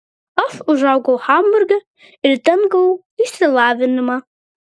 aš užaugau hamburge ir ten gavau išsilavinimą